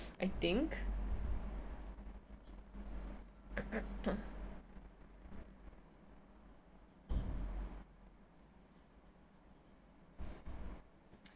I think